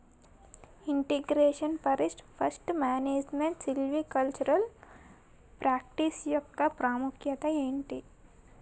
integration forest pest management silvicultural practice యెక్క ప్రాముఖ్యత ఏంటి